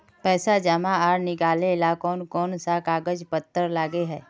पैसा जमा आर निकाले ला कोन कोन सा कागज पत्र लगे है?